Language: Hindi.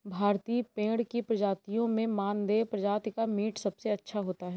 भारतीय भेड़ की प्रजातियों में मानदेय प्रजाति का मीट सबसे अच्छा होता है